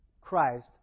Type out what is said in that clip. Christ